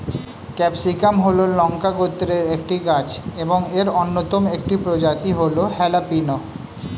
capsicum হল লঙ্কা গোত্রের একটি গাছ এবং এর অন্যতম একটি প্রজাতি হল হ্যালাপিনো